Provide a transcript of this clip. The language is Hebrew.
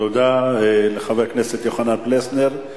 תודה לחבר הכנסת יוחנן פלסנר.